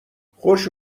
خوش